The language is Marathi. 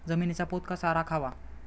जमिनीचा पोत कसा राखावा?